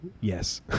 yes